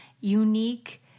unique